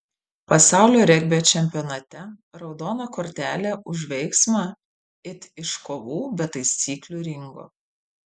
pasaulio regbio čempionate raudona kortelė už veiksmą it iš kovų be taisyklių ringo